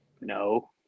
No